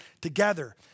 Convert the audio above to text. together